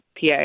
PA